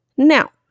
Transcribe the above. now